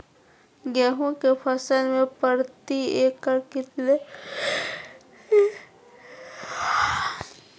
गेहूं के फसल में प्रति एकड़ कितना बीज डाले के चाहि?